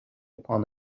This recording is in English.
upon